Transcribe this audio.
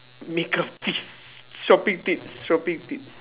makeup tips shopping tips shopping tips